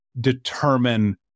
determine